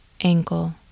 ankle